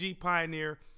pioneer